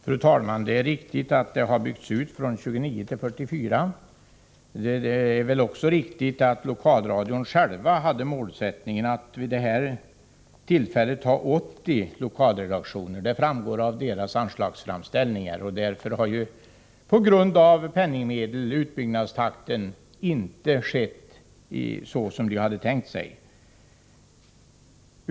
Fru talman! Det är riktigt att antalet lokalredaktioner har byggts ut från 29 till 44. Det är också riktigt att lokalradion själv hade målsättningen att vid detta tillfälle ha 80 lokalredaktioner — det framgår av lokalradions anslagsframställningar. På grund av brist på penningmedel har utbyggnaden inte skett i den takt lokalradion tänkt sig.